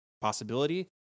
possibility